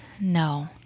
No